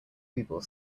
people